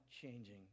changing